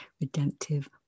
redemptive